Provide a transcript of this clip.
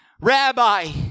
Rabbi